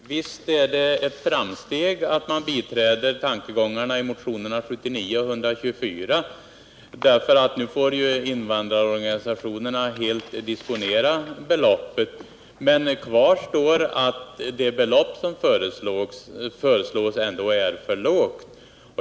Herr talman! Visst är det ett framsteg att man biträder tankegångarna i motionerna 79 och 124, eftersom det innebär att invandrarorganisationerna nu själva får helt disponera beloppet. Men kvar står ändå att det belopp som föreslås är alltför lågt.